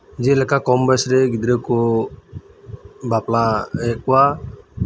ᱡᱮᱞᱮᱠᱟ ᱟᱫᱚ ᱠᱚᱢ ᱵᱚᱭᱮᱥᱨᱮ ᱜᱤᱫᱽᱨᱟᱹ ᱠᱚ ᱵᱟᱯᱞᱟᱭᱮᱫ ᱠᱚᱣᱟ